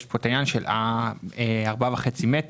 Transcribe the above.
יש כאן את העניין של 4.5 מטרים.